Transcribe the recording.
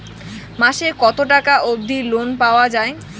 মাসে কত টাকা অবধি লোন পাওয়া য়ায়?